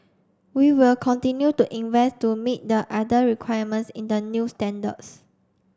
we will continue to invest to meet the other requirements in the new standards